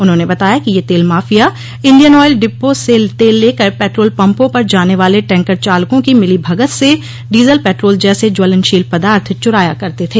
उन्होंने बताया कि यह तेल माफिया इंडियन ऑयल डिपों से तेल लेकर पेट्रोल पम्पों पर जाने वाले टैंकर चालकों की मिली भगत से डीज़ल पेट्रोल जैसे ज्वलनशील पदार्थ चुराया करते थे